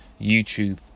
YouTube